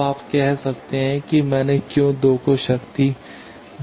अब आप कह सकते हैं कि मैं क्यों 2 को शक्ति